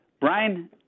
Brian